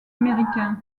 américain